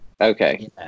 Okay